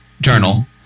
journal